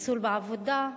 ניצול בעבודה,